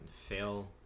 fail